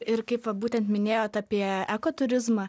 ir kaip va būtent minėjot apie eko turizmą